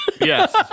Yes